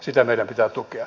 sitä meidän pitää tukea